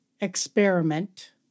experiment